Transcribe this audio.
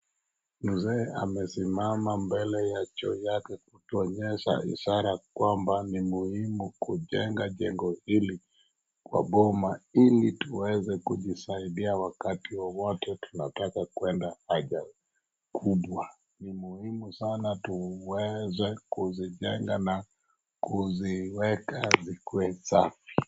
Mzee amesimama mbele ya choo yake kutuonyesha ishara kwamba ni muhimu kujenga jengo hili kwa boma ili tuweze kujisaidia wakati wowote tunataka kuenda haja kubwa. Ni muhimu sana tuweze kuzijenga na tuweze kuziweka zikuwe safi.